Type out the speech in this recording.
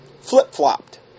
flip-flopped